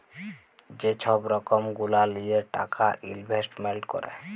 যে ছব রকম গুলা লিঁয়ে টাকা ইলভেস্টমেল্ট ক্যরে